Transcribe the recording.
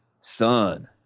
son